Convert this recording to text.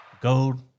Gold